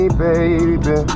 baby